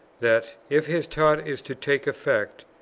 that, if his taunt is to take effect,